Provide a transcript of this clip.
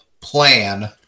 plan